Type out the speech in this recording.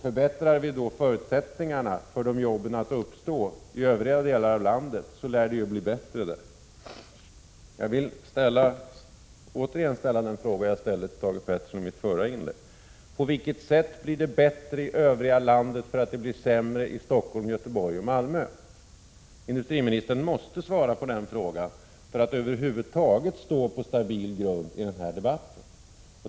Förbättrar vi förutsättningarna för de jobben att uppstå i övriga delar av landet lär det bli bättre där. Jag vill återigen ställa den fråga som jag riktade till Thage Peterson i mitt förra inlägg: På vilket sätt blir det bättre i övriga landet för att det blir sämre i Stockholm, Göteborg och Malmö? Industriministern måste svara på den frågan för att över huvud taget stå på stabil grund i den här debatten.